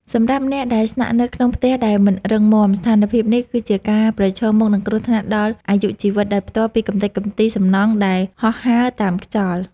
សម្រាប់អ្នកដែលស្នាក់នៅក្នុងផ្ទះដែលមិនរឹងមាំ ស្ថានភាពនេះគឺជាការប្រឈមមុខនឹងគ្រោះថ្នាក់ដល់អាយុជីវិតដោយផ្ទាល់ពីកម្ទេចកម្ទីសំណង់ដែលហោះហើរតាមខ្យល់។